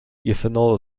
ethanol